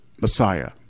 Messiah